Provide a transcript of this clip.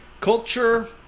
culture